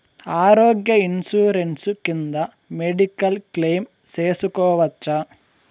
ఆరోగ్య ఇన్సూరెన్సు కింద medical claim సేసుకోవచ్చా?